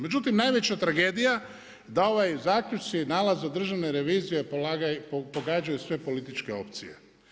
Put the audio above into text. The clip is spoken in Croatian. Međutim, najveća tragedija da ovi zaključci, nalazi Državne revizije pogađaju sve političke opcije.